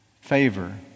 favor